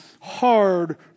hard